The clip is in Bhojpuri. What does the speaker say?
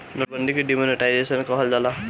नोट बंदी के डीमोनेटाईजेशन कहल जाला